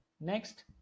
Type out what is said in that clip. next